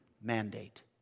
mandate